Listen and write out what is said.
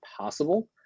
possible